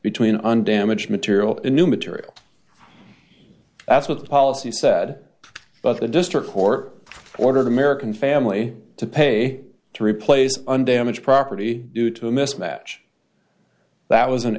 between undamaged material and new material that's what the policy said but the district court ordered american family to pay to replace undamaged property due to a mismatch that was an